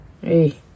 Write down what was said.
hey